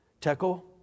tekel